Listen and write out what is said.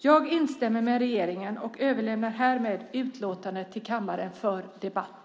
Jag instämmer med regeringen och överlämnar härmed utlåtandet till kammaren för debatt.